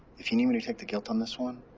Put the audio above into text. if you need me to take the guilt on this one,